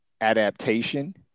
adaptation